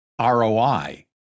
ROI